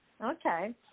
Okay